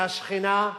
שהשכינה,